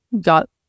got